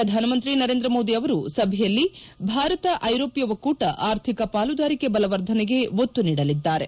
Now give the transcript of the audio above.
ಪ್ರಧಾನಮಂತ್ರಿ ನರೇಂದ್ರ ಮೋದಿ ಅವರು ಸಭೆಯಲ್ಲಿ ಭಾರತ ಐರೋಷ್ನ ಒಕ್ಕೂಟ ಆರ್ಥಿಕ ಪಾಲುದಾರಿಕೆ ಬಲವರ್ಧನೆಗೆ ಒತ್ತು ನೀಡಲಿದ್ದಾರೆ